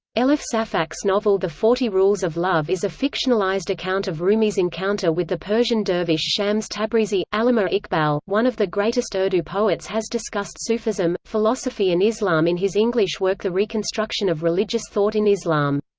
elif safak's novel the forty rules of love is a fictionalized account of rumi's encounter with the persian dervish shams tabrizi allama iqbal, one of the greatest urdu poets has discussed sufism, philosophy and islam in his english work the reconstruction of religious thought in islam.